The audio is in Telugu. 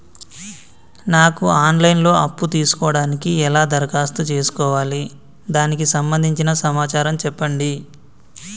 నాకు ఆన్ లైన్ లో అప్పు తీసుకోవడానికి ఎలా దరఖాస్తు చేసుకోవాలి దానికి సంబంధించిన సమాచారం చెప్పండి?